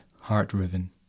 heart-riven